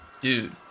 Dude